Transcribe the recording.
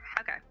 okay